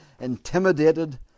intimidated